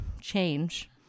change